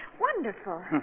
wonderful